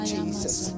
Jesus